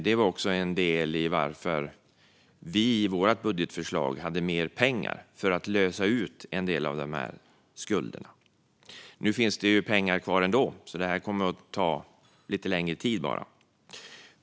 Det var också en del i varför vi i vårt budgetförslag hade mer pengar för att lösa ut en del av skulderna. Nu finns det pengar kvar ändå, så det här kommer bara att ta lite längre tid.